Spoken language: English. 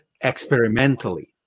experimentally